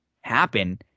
happen